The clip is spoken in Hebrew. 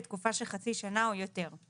לתקופה של חצי שנה או יותר;